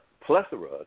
plethora